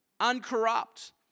uncorrupt